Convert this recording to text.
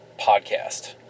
podcast